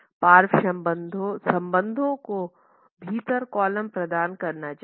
पार्श्व संबंधों को भीतर कॉलम प्रदान करना चाहिए